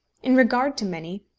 in regard to many,